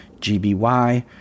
GBY